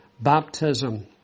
baptism